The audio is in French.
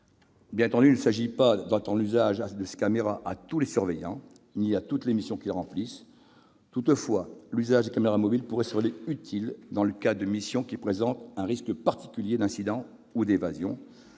Bien entendu, il ne s'agit pas d'étendre l'usage de ces caméras à tous les surveillants ni à toutes les missions qu'ils remplissent. Toutefois, l'usage des caméras mobiles pourrait se révéler utile dans le cadre des missions qui présentent un risque particulier d'incident ou d'évasion,